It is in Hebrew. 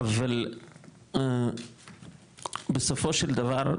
אבל בסופו של דבר,